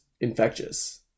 infectious